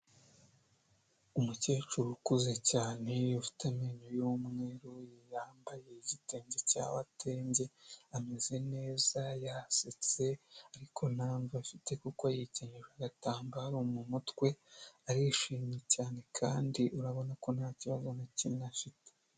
Umukecuru ukuze cyane ufite amenyo y’umweru yambaye igitenge cya watembye ameze neza yasetse ariko nta mbaraga afite kuko yikenyeje agatambaro mu mutwe arishimye cyane kandi urabona ko ntakibazo na kimwe afite.